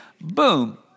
Boom